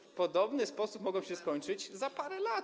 W podobny sposób mogą się skończyć za parę lat.